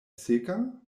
seka